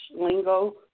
lingo